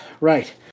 Right